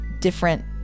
Different